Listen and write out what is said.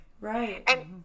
right